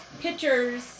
pictures